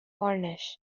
varnish